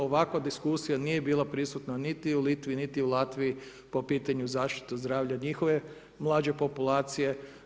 Ovakva diskusija nije bila prisutna niti u Litvi, niti u Latviji po pitanju zaštite zdravlja njihove mlađe populacije.